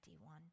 one